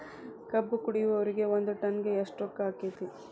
ಕಬ್ಬು ಕಡಿಯುವರಿಗೆ ಒಂದ್ ಟನ್ ಗೆ ಎಷ್ಟ್ ರೊಕ್ಕ ಆಕ್ಕೆತಿ?